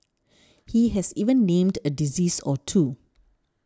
he has even named a disease or two